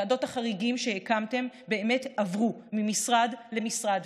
ועדות החריגים שהקמתם באמת עברו ממשרד למשרד,